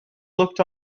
looked